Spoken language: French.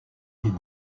des